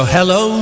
Hello